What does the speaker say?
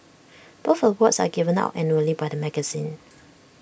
both awards are given out annually by the magazine